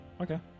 Okay